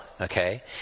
Okay